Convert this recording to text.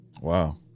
Wow